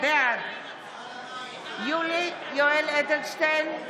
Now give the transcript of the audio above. בעד יולי יואל אדלשטיין,